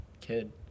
kid